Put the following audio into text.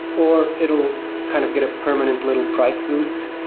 or it will kind of get a permanent little price boost.